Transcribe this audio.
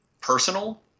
personal